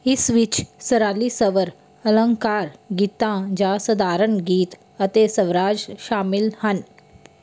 ਇਸ ਵਿੱਚ ਸਰਾਲੀ ਸਵਰ ਅਲੰਕਾਰ ਗੀਤਾਂ ਜਾਂ ਸਧਾਰਨ ਗੀਤ ਅਤੇ ਸਵਰਾਜ ਸ਼ਾਮਿਲ ਹਨ